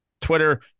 Twitter